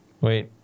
Wait